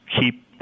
keep